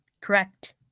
Correct